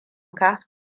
ka